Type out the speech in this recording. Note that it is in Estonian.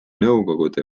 nõukogude